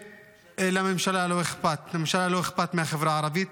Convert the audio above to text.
ולממשלה לא אכפת מהחברה הערבית,